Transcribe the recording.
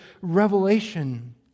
revelation